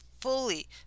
fully